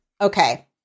Okay